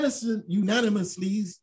Unanimously